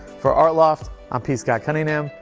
for art loft i'm p. scott cunningham.